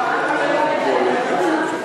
לוועדה לעובדים זרים.